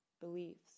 Beliefs